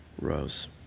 rose